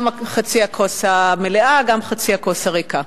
גם חצי הכוס המלאה וגם חצי הכוס הריקה.